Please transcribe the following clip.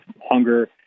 hunger